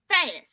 Fast